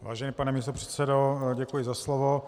Vážený pane místopředsedo, děkuji za slovo.